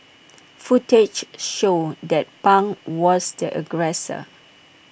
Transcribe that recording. footage showed that pang was the aggressor